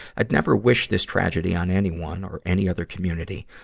i'd never wish this tragedy on anyone or any other community,